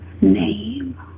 name